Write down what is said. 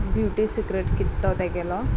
beauty secret कितें तो तेगेलो